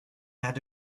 had